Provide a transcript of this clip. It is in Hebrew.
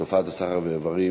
תופעת הסחר באיברים,